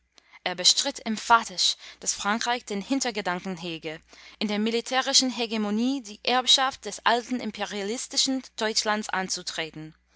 er bestritt emphatisch daß frankreich den hintergedanken hege in der militärischen hegemonie die erbschaft des alten imperialistischen deutschlands anzutreten